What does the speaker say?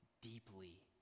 deeply